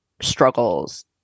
struggles